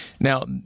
Now